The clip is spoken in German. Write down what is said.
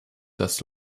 das